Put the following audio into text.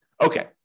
Okay